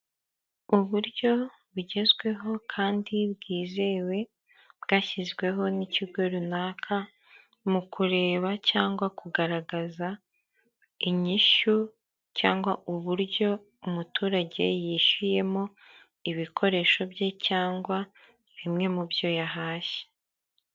Uburyo bugezweho kandi bwizewe bwashyizweho n'ikigo runaka mu kureba cyangwa kugaragaza inyishyu, cyangwa uburyo umuturage yishyuyemo ibikoresho bye cyangwa bimwe mu byo yahashye.